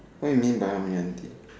what you mean by how many empty